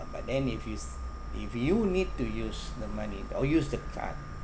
but then if you s~ if you need to use the money or use the card